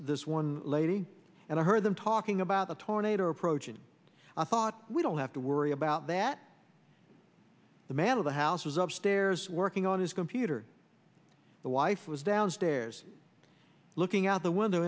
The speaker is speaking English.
this one lady and i heard them talking about a tornado approaching i thought we don't have to worry about that the man of the house was upstairs working on his computer the wife was downstairs looking out the window